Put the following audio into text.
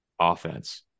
offense